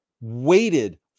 waited